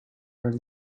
her